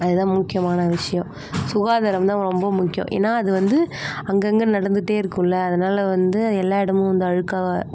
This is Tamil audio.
அது தான் முக்கியமான விஷயம் சுகாதாரம் தான் ரொம்ப முக்கியம் ஏன்னா அது வந்து அங்கங்கே நடந்துட்டே இருக்கும்ல அதனால் வந்து எல்லா இடமும் வந்து அழுக்காக